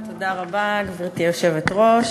גברתי היושבת-ראש,